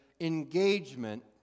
engagement